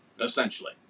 essentially